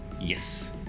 Yes